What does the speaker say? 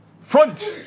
front